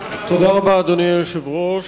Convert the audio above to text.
אדוני היושב-ראש,